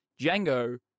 Django